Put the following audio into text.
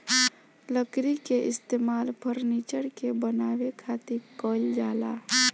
लकड़ी के इस्तेमाल फर्नीचर के बानवे खातिर कईल जाला